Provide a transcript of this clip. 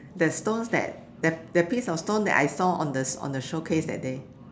that stone that that that piece of stone that I saw on on the showcase that day